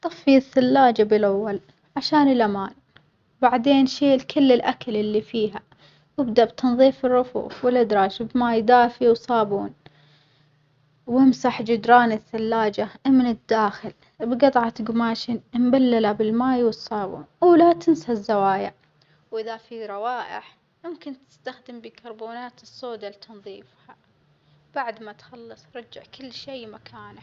طفي الثلاجة بالأول عشان الأمان بعدين شيل كل الأكل اللي فيها وابدأ بتنظيف الرفوف والأدراج بماي دافية وصابون وامسح جدران الثلاجة من الداخل بجطعة جماش مبللة بالماي والصابون، ولا تنسى الزوايا وإذا في روائح ممكن تستخدم بيكربونات الصودا لتنظيفها، بعد ما تخلص رجع كل شي مكانه.